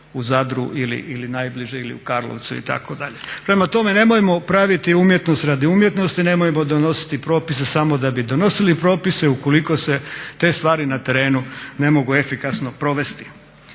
u Zadru ili najbliže ili u Karlovcu itd. Prema tome, nemojmo praviti umjetnost radi umjetnosti, nemojmo donositi propise samo da bi donosili propise ukoliko se te stvari na terenu ne mogu efikasno provesti.